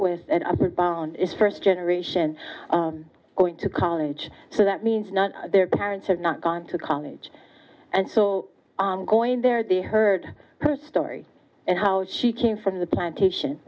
with and i've found is first generation going to college so that means not their parents have not gone to college and so on going there they heard her story and how she came from the plantation